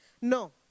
No